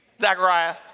Zachariah